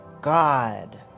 God